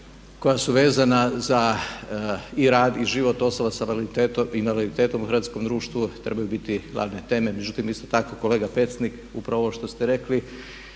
koja su vezana za i rad i život osoba sa invaliditetom u hrvatskom društvu trebaju biti glavne teme. Međutim, isto tako kolega Pecnik, upravo ovo što ste rekli,